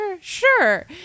sure